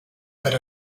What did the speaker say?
per